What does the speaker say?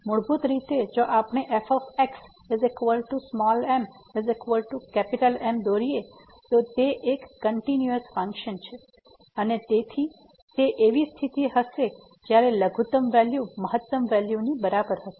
તેથી મૂળભૂત રીતે જો આપણે f m M દોરિયે તો તે એક કંટીન્યુયસ ફંક્શન છે અને તે એવી સ્થિતિ હશે જ્યારે લઘુત્તમ વેલ્યુ મહત્તમ વેલ્યુની બરાબર હશે